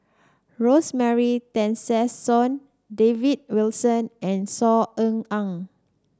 Rosemary Tessensohn David Wilson and Saw Ean Ang